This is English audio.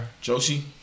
Josie